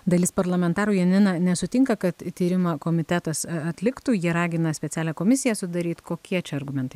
dalis parlamentarų janina nesutinka kad tyrimą komitetas atliktų jie ragina specialią komisiją sudaryt kokie čia argumentai